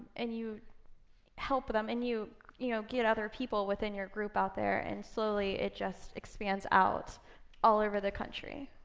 and you help them. and you you know get other people within your group out there, and slowly, it just expands out all over the country.